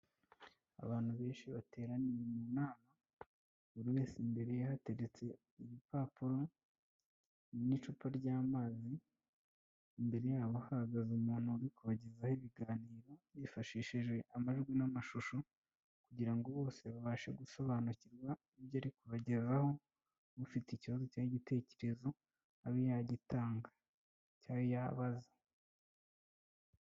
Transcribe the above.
Abantu benshi baterani nama wese imbere hategeretse ibipapuro n'icupa ry'amazi imbere yabo hahagaze umuntu uri kubagezaho ibiganiro hifashishijwe amajwi n'amashusho kugira ngo bose babashe gusobanukirwa ibyo ari kubagezaho ufite ikibazo cyangwa igitekerezo abe yagitanga cyangwa yabaza.